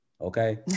okay